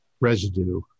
residue